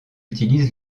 utilise